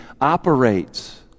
operates